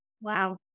Wow